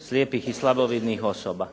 slijepih i slabovidnih osoba.